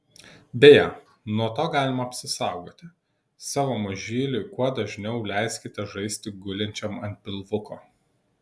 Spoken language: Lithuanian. beje nuo to galima apsisaugoti savo mažyliui kuo dažniau leiskite žaisti gulinčiam ant pilvuko